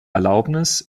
erlaubnis